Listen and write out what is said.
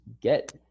get